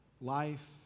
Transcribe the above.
life